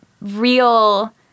real